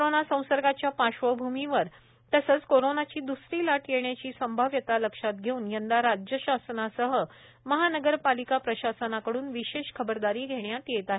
corona संसर्गाच्या पार्श्वभूमीवर तसंच कोरोनाची द्सरी लाट येण्याची संभाव्यता लक्षात घेऊन यंदा राज्य शासनासह महानगरपालिका प्रशासनाकडून विशेष खबरदारी घेण्यात येत आहे